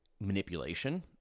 manipulation